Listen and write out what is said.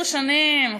עשר שנים.